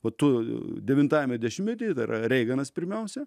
o tu devintajame dešimtmetyje tai yra reiganas pirmiausia